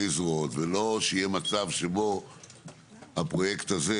זרועות ולא שיהיה מצב שבו הפרויקט הזה,